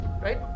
right